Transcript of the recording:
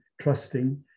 trusting